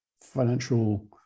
financial